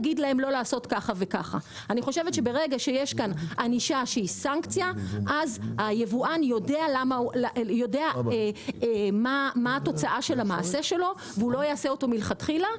ברגע שיש סנקציה היבואן לא יעשה את המעשה מלכתחילה.